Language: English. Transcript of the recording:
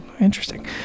interesting